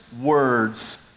words